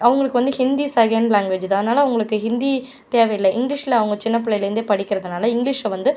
அவர்களுக்கு வந்து Hindi second language தான் அதனால் அவர்களுக்கு ஹிந்தி தேவையில்லை இங்கிலீஷில் அவங்க சின்ன பிள்ளையிலருந்தே படிக்கிறதுனால் இங்கிலீஷை வந்து